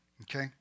Okay